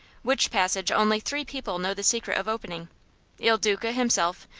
which passage only three people know the secret of opening il duca himself,